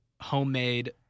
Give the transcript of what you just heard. homemade